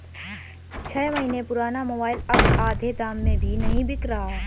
छह महीने पुराना मोबाइल अब आधे दाम में भी नही बिक रहा है